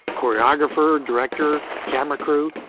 choreographer, director, camera crew,